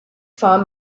farm